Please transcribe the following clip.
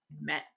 met